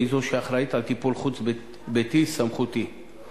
היא זו שאחראית לטיפול חוץ-ביתי סמכותי-כופה